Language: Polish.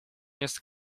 jest